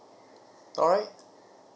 alright